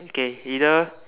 okay either